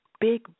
big